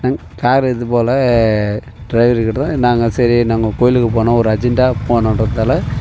நாங்கள் கார் இதுபோல் டிரைவர்க்கிட்ட தான் நாங்கள் சரி நாங்கள் கோவிலுக்கு போணும் ஒரு அர்ஜெண்ட்டா போகணுன்றதால